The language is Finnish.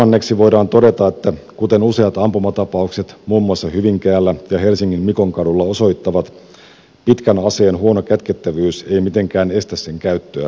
kolmanneksi voidaan todeta kuten useat ampumatapaukset muun muassa hyvinkäällä ja helsingin mikonkadulla osoittavat että pitkän aseen huono kätkettävyys ei mitenkään estä sen käyttöä rikoksiin